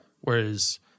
Whereas